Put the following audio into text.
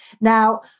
Now